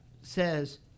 says